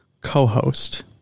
co-host